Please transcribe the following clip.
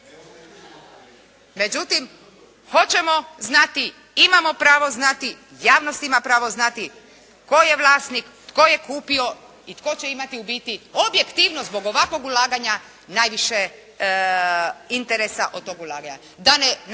međutim hoćemo li znati, imamo pravo znati, javnost ima pravo znati tko je vlasnik, tko je kupio i tko će imati u biti objektivno zbog ovakvog ulaganja najviše interesa od tog ulaganja,